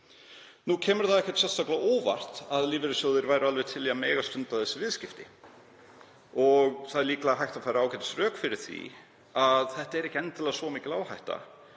Nú kemur það ekkert sérstaklega á óvart að lífeyrissjóðirnir séu til í að mega stunda þessi viðskipti. Það er líklega hægt að færa ágætisrök fyrir því að þetta er ekki endilega svo mikil áhætta